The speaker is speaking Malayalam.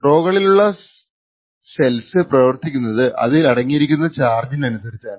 റോകളിലുള്ള സെൽസ് പ്രവർത്തിക്കുന്നത് അതിൽ അടങ്ങിയിരിക്കുന്ന ചാർജി നനുസരിച്ചാണ്